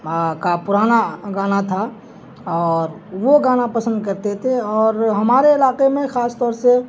کا پرانا گانا تھا اور وہ گانا پسند کرتے تھے وہ گانا پسند کرتے تھے اور ہمارے علاقے میں خاص طور سے